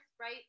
right